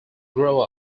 grow